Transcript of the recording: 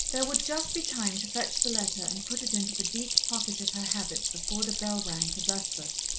there would just be time to fetch the letter and put it into the deep pocket of her habit before the bell rang for vespers,